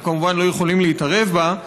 אנחנו כמובן לא יכולים להתערב בה,